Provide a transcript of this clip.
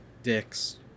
Dicks